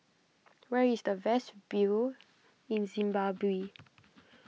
where is the best view in Zimbabwe